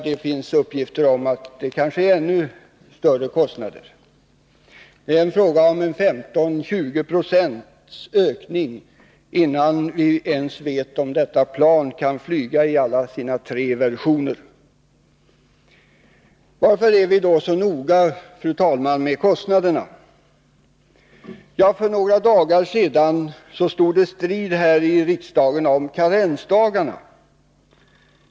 Det finns uppgifter om att det kanske är fråga om ännu högre kostnader, en ökning med 15-20 26, innan vi ens vet om planet kan flyga i alla sina tre versioner. Varför är vi då så noga med kostnaderna? För några dagar sedan stod det strid här i riksdagen om karensdagarna.